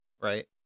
right